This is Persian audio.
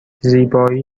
زیبایی